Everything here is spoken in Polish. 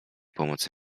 pomocy